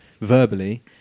verbally